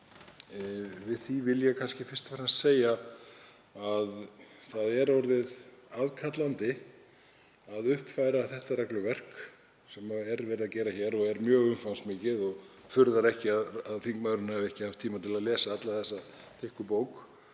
Við því vil ég kannski fyrst og fremst segja að það er orðið aðkallandi að uppfæra það regluverk sem er verið að gera hér og er mjög umfangsmikið — mig furðar ekki að þingmaðurinn hafi ekki haft tíma til að lesa alla þessa þykku bók